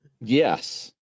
Yes